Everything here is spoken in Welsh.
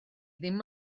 ddim